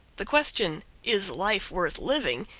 the question, is life worth living?